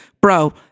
bro